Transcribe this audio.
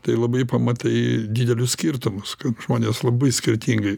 tai labai pamatai didelius skirtumus kaip žmonės labai skirtingai